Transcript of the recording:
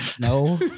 no